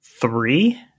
Three